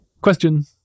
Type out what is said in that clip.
question